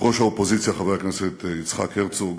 ראש האופוזיציה חבר הכנסת יצחק הרצוג,